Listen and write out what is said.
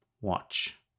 watch